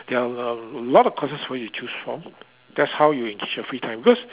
there are a l~ a lot of courses for you to choose from that's how you increase your free time because